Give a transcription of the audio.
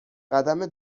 قدم